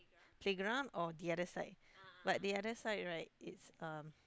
playground or the other side but the other side right it's um